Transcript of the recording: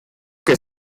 que